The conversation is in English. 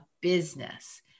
business